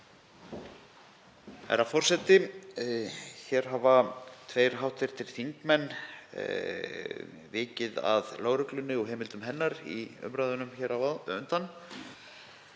Herra forseti. Hér hafa tveir hv. þingmenn vikið að lögreglunni og heimildum hennar í umræðunum á undan.